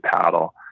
paddle